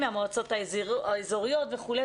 מהמועצות האזוריות וכו'.